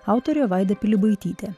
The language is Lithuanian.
autorė vaida pilibaitytė